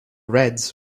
reds